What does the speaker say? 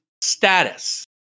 status